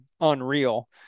unreal